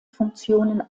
funktionen